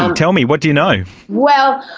um tell me, what do you know? well,